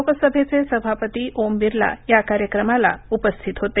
लोकसभेचे सभापती ओम बिर्ला या कार्यक्रमाला उपस्थित होते